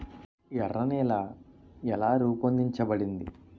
ఎర్ర నేల ఎలా రూపొందించబడింది?